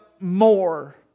more